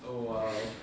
oh !wow!